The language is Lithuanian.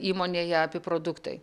įmonėje api produktai